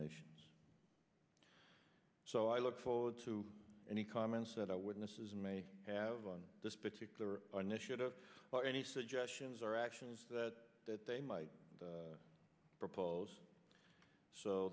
nations so i look forward to any comments that eyewitnesses may have on this particular initiative or any suggestions or actions that that they might propose so